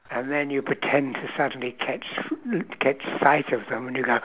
and then you pretend to suddenly catch catch sight of them when you look out